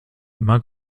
immer